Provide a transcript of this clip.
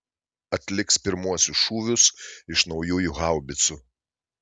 atliks pirmuosius šūvius iš naujųjų haubicų